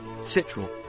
citral